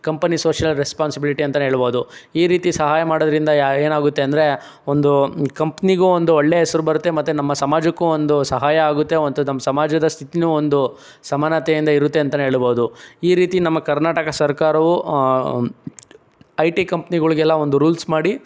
company social responsibility ಅಂತಲೇ ಹೇಳ್ಬೋದು ಈ ರೀತಿ ಸಹಾಯ ಮಾಡೋದ್ರಿಂದ ಯಾ ಏನಾಗುತ್ತೆ ಅಂದರೆ ಒಂದು ಕಂಪ್ನಿಗೂ ಒಂದು ಒಳ್ಳೆ ಹೆಸರು ಬರುತ್ತೆ ಮತ್ತೆ ನಮ್ಮ ಸಮಾಜಕ್ಕೂ ಒಂದು ಸಹಾಯ ಆಗುತ್ತೆ ಮತ್ತು ನಮ್ಮ ಸಮಾಜದ ಸ್ಥಿತಿನೂ ಒಂದು ಸಮಾನತೆಯಿಂದ ಇರುತ್ತೆ ಅಂತಲೇ ಹೇಳ್ಬೋದು ಈ ರೀತಿ ನಮ್ಮ ಕರ್ನಾಟಕ ಸರ್ಕಾರವು ಐ ಟಿ ಕಂಪ್ನಿಗಳಿಗೆಲ್ಲ ಒಂದು ರೂಲ್ಸ್ ಮಾಡಿ